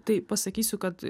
tai pasakysiu kad